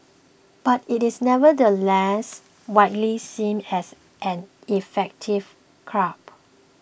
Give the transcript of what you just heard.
but it is nevertheless widely seen as an effective curb